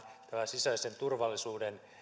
sisäisen turvallisuuden